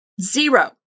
Zero